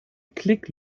klick